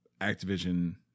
Activision